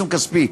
עיצום כספי.